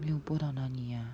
没有播到哪里啊